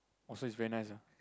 also it's very nice lah